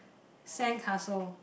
sand castle